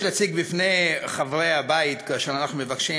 בפני חברי הבית כאשר אנחנו מתבקשים